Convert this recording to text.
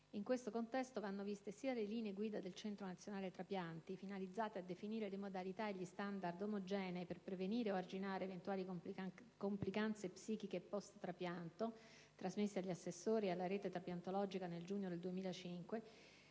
In questo contesto vanno viste sia le linee guida del Centro nazionale trapianti (CNT), finalizzate a definire le modalità e gli *standard* omogenei per prevenire o arginare eventuali complicanze psichiche *post-*trapianto, trasmesse agli assessori e alla rete trapiantologica nel giugno del 2005,